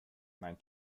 mein